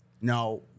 Now